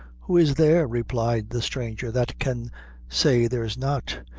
who is there, replied the stranger, that can say there's not?